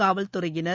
காவல்துறையினர்